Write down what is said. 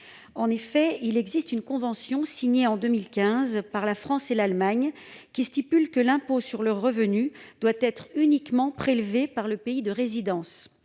français. Il existe une convention, signée en 2015 par la France et l'Allemagne, qui stipule que l'impôt sur le revenu doit être uniquement prélevé par le pays de résidence.